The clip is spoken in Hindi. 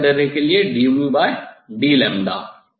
इस तरंगदैर्ध्य के लिए dd